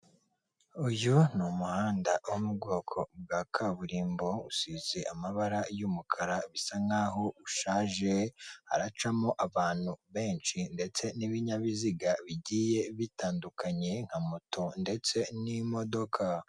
Uyu ni umuhanda wo mu bwoko bwa kaburimbo, usize amabara y'umukara bisa nkaho ushaje, haracamo abantu benshi ndetse n'ibinyabiziga bigiye bitandukanye nka moto ndetse n'imodoka.